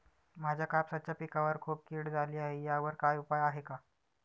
माझ्या कापसाच्या पिकावर खूप कीड झाली आहे यावर काय उपाय आहे का?